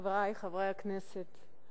חברי חברי הכנסת,